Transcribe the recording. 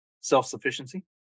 self-sufficiency